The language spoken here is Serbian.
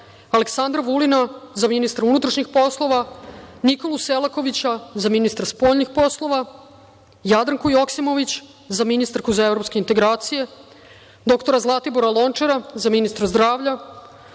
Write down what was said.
Aleksandra Vulina za ministra unutrašnjih poslova, Nikolu Selakovića za ministra spoljnih poslova, Jadranku Joksimović za ministarku za evropske integracije, dr Zlatibora Lončara za ministra zdravlja,